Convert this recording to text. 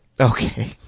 Okay